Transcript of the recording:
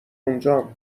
اونجام